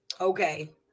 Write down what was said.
Okay